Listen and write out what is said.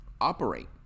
operate